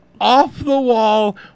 off-the-wall